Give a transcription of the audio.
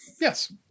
Yes